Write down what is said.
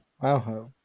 Wow